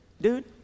dude